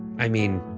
i mean,